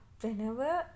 whenever